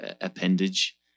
appendage